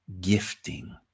gifting